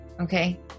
okay